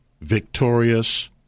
victorious